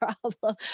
problem